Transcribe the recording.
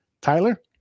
Tyler